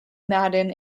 madden